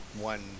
one